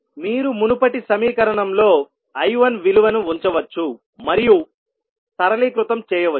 మీరు మునుపటి సమీకరణంలో I1 విలువను ఉంచవచ్చు మరియు సరళీకృతం చేయవచ్చు